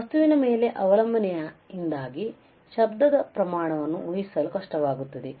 ವಸ್ತುವಿನ ಮೇಲೆ ಅವಲಂಬನೆಯಿಂದಾಗಿ ಶಬ್ದದ ಪ್ರಮಾಣವನ್ನು ಊಹಿಸಲು ಕಷ್ಟವಾಗುತ್ತದೆ